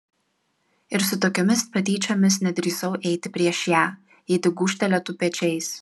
ir su tokiomis patyčiomis nedrįsau eiti prieš ją ji tik gūžtelėtų pečiais